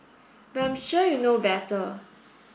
but I'm sure you know better